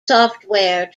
software